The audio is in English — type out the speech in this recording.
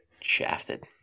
shafted